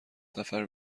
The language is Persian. سفر